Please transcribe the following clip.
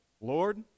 Lord